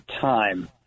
time